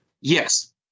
Yes